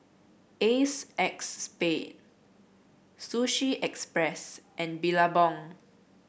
Acexspade Sushi Express and Billabong